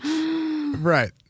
right